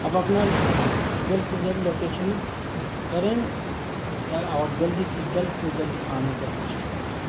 آپ اپنا جلد سے جلد لوکیشن کریں اور جلدی سے جلد سے جلد آنے کا کوشش کریں